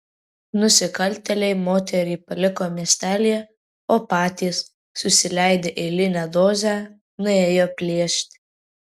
nusikaltėliai moterį paliko miestelyje o patys susileidę eilinę dozę nuėjo plėšti